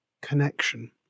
connection